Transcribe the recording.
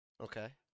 Okay